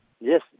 Yes